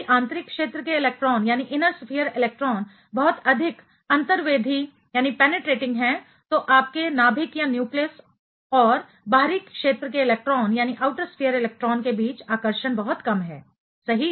यदि आंतरिक क्षेत्र के इलेक्ट्रॉन बहुत अधिक अंतर्वेधी पेनिट्रेटिंग हैं तो आपके नाभिक न्यूक्लियस और बाहरी क्षेत्र के इलेक्ट्रॉन के बीच आकर्षण बहुत कम है सही